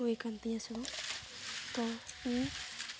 ᱦᱩᱭ ᱠᱟᱱ ᱛᱤᱧ ᱟᱥᱮ ᱵᱟᱝ ᱛᱚ ᱤᱧ